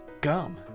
gum